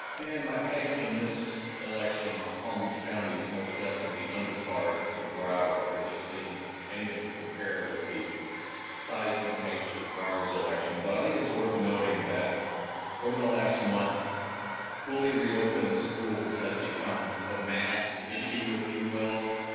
pam, i think in this election palm beach county is most definitely the under card to broward. there just isn't anything to compare with the seismic nature of broward's election, but i think it's worth noting that over the last month fully re-opening schools has become the mask issue, if you will,